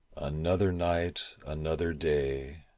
another night, another day.